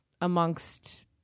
amongst